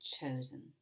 chosen